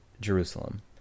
Jerusalem